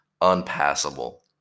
unpassable